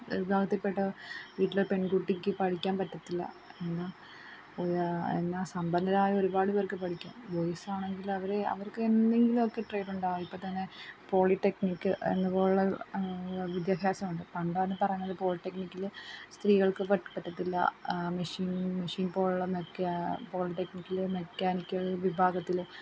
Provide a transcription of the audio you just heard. വിഭാഗത്തിൽ പെട്ട വീട്ടിലെ പെൺകുട്ടിക്ക് പഠിക്കാൻ പറ്റത്തില്ല എന്നാൽ എന്നാൽ സമ്പന്നരായ ഒരുപാട് പേർക്ക് പഠിക്കാം ബോയ്സാണെങ്കിൽ അവർ അവർക്ക് എന്തെങ്കിലുമൊക്കെ ട്രേഡ് ഉണ്ടാകും ഇപ്പം തന്നെ പോളിടെക്നിക്ക് അതുപോലെയുള്ള വിദ്യാഭ്യാസം ഉണ്ട് പണ്ടാണ് പറയുന്നത് പോളിടെക്നിക്കിൽ സ്ത്രീകൾക്ക് പറ്റത്തില്ല മെഷീൻ മെഷീൻ പോലെയുള്ള മെക്കാ പോളിടെക്നിക്കിൽ മെക്കാനിക്കൽ വിഭാഗത്തിൽ